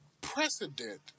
precedent